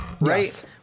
Right